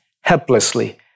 helplessly